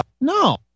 No